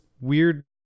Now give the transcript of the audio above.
weird